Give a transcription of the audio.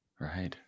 right